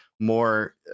more